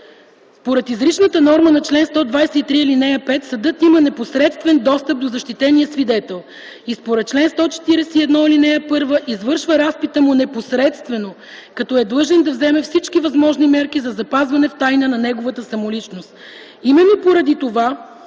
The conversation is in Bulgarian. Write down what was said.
Според изричната норма на чл. 123, ал. 5 съдът има непосредствен достъп до защитения свидетел и според чл. 141, ал. 1 извършва разпита му непосредствено, като е длъжен да вземе всички възможни мерки за запазване в тайна на неговата самоличност. Именно поради това,